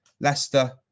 Leicester